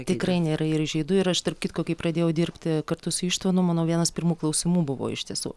tikrai nėra ir įžeidu ir aš tarp kitko kai pradėjau dirbti kartu su ištvanu mano vienas pirmų klausimų buvo iš tiesų